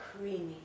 creamy